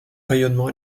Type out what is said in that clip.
rayonnement